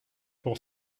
pour